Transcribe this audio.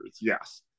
Yes